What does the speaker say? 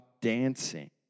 dancing